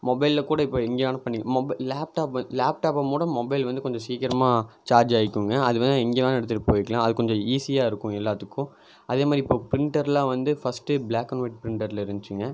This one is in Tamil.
மொபைல்லை கூட இப்போ இங்கே ஆன் பண்ணி மொபைல் லேப்டாப் லேப்டாப்பமோட மொபைல் வந்து கொஞ்சம் சீக்கரமாக சார்ஜ் ஆயிக்கோங்க அது வந்து எங்கே வேணுணாலும் எடுத்துகிட்டு போய்க்கலாம் அது கொஞ்சம் ஈஸியாக இருக்கும் எல்லாத்துக்கும் அதேமாதிரி இப்போ ப்ரிண்டர்லாம் வந்து ஃபஸ்ட் பிளாக் அண்ட் வொயிட் ப்ரிண்டர்ல இருந்துச்சிங்க